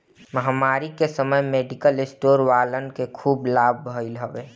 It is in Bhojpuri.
महामारी के समय मेडिकल स्टोर वालन के खूब लाभ भईल हवे